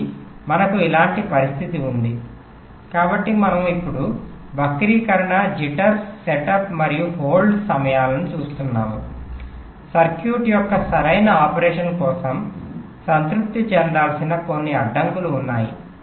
కాబట్టి మనకు ఇలాంటి పరిస్థితి ఉంది కాబట్టి మనము ఇప్పుడు వక్రీకరణ జిట్టర్ సెటప్ మరియు హోల్డ్ సమయాలను చూస్తున్నాము సర్క్యూట్ యొక్క సరైన ఆపరేషన్ కోసం సంతృప్తి చెందాల్సిన కొన్ని అడ్డంకులు ఉన్నాయి